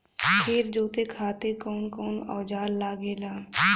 खेत जोते खातीर कउन कउन औजार लागेला?